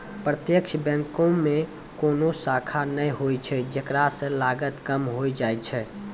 प्रत्यक्ष बैंको मे कोनो शाखा नै होय छै जेकरा से लागत कम होय जाय छै